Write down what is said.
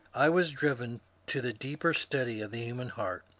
i was driven to the deeper study of the human heart,